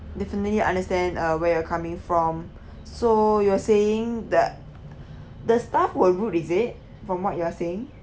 definitely understand uh where you're coming from so you were saying the the staff were rude is it from what you are saying